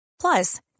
Plus